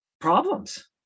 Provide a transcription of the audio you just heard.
problems